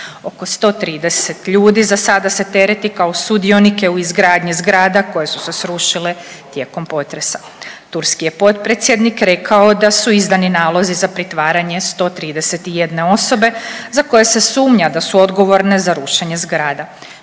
Oko 130 ljudi za sada se tereti kao sudionike u izgradnji zgrada koje su se srušile tijekom potresa. Turski je potpredsjednik rekao da su izdani nalozi za pritvaranje 131 osobe za koje se sumnja da su odgovorne za rušenje zgrada.